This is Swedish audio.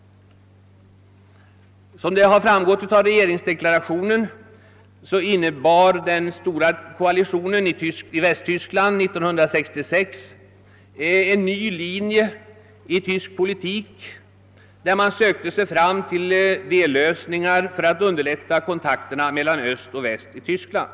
Såsom framgått av regeringsdeklarationen innebar den stora koalitionen i Västtyskland 1966 en ny linje i tysk politik, där man sökte sig fram till dellösningar för att underlätta kontakterna mellan Öst och Väst i Tyskland.